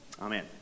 Amen